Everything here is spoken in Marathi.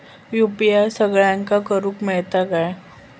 यू.पी.आय सगळ्यांना करुक मेलता काय?